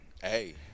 Hey